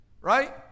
Right